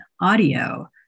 audio